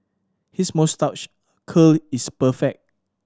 his moustache curl is perfect